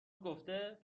گفته